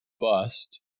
bust